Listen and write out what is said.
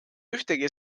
ühtegi